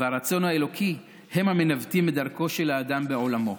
והרצון האלוקי הם המנווטים את דרכו של האדם בעולמו.